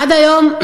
עד היום,